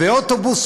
ואוטובוס,